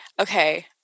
Okay